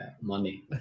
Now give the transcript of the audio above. Money